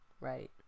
right